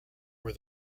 were